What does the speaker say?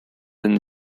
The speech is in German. den